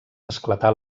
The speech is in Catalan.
esclatà